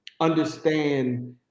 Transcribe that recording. understand